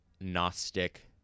Gnostic